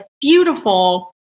beautiful